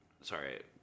Sorry